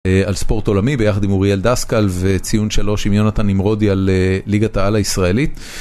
על ספורט עולמי, ביחד עם אוריאל דסקל וציון שלוש עם יונתן נמרודי על ליגת העל הישראלית.